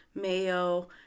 mayo